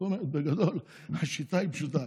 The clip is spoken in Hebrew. בגדול, השיטה היא פשוטה.